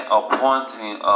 appointing